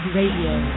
Radio